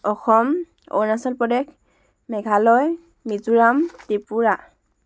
Assam Arunachal Pradesh Meghalaya Mizoram Tripura